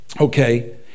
okay